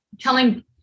Telling